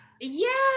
Yes